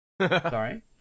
Sorry